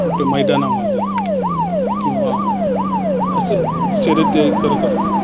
कुठं मैदानामध्ये किंवा असं शर्यत ते करत असतात